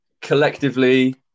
collectively